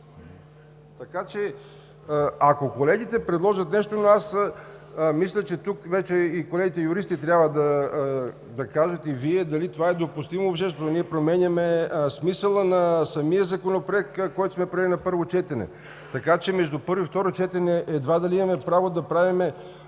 Така че, ако колегите предложат нещо, аз мисля, че тук и колегите юристи трябва да кажат, и Вие, дали това е допустимо, но ние променяме смисъла на самия Законопроект, който сме приели на първо четене. Така че между първо и второ четене едва ли имаме право да правим